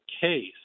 case